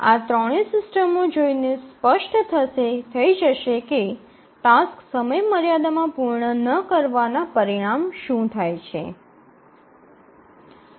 આ ત્રણેય સિસ્ટમો જોઈને સ્પષ્ટ થઈ જશે કે ટાસ્ક સમયમર્યાદામાં પૂર્ણ ન કરવાના પરિણામ શું થાય છે